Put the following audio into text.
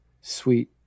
sweet